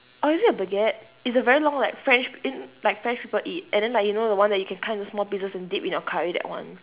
oh is it a baguette it's a very long like french in like french people eat and then like you know the one that you can cut into small pieces and dip in your curry that one